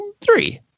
three